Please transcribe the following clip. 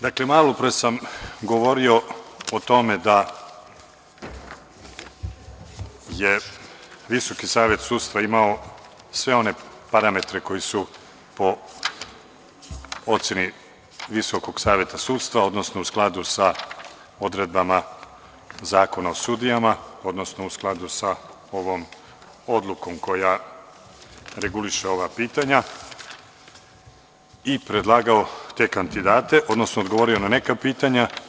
Dakle, malo pre sam govorio o tome da je Visoki savet sudstva imao sve one parametre koji su po oceni Visokog saveta sudstva, odnosno u skladu sa odredbama Zakona o sudijama, odnosno u skladu sa ovom odlukom koja reguliše ova pitanja i predlagao te kandidate, odnosno odgovorio na neka pitanja.